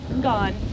gone